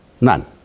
none